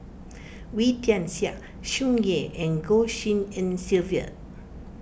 Wee Tian Siak Tsung Yeh and Goh Tshin En Sylvia